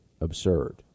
absurd